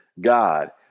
God